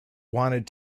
wanted